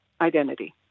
identity